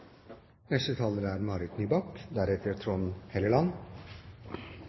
Neste taler er